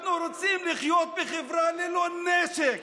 אנחנו רוצים לחיות בחברה ללא נשק,